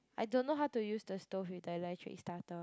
I don't know how to use the stove with the electric starter